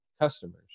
customers